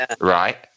right